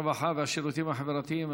הרווחה והשירותים החברתיים,